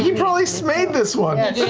he probably so made this one.